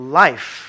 life